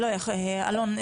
אלון,